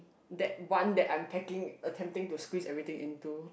that one that I'm packing attempting to squeeze everything into